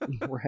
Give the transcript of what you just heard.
right